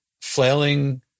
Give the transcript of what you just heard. flailing